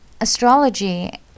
astrology